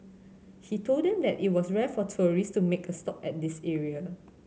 he told them that it was rare for tourist to make a stop at this area